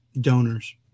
donors